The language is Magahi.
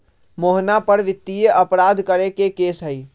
मोहना पर वित्तीय अपराध करे के केस हई